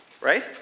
right